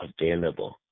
available